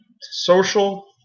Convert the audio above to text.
social